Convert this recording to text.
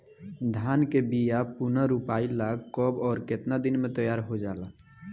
धान के बिया पुनः रोपाई ला कब और केतना दिन में तैयार होजाला?